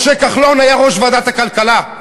משה כחלון היה ראש ועדת הכלכלה,